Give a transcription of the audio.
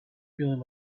feeling